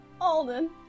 Alden